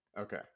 Okay